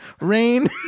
rain